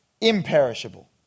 imperishable